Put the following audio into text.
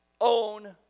own